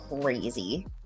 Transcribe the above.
crazy